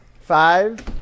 Five